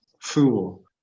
Fool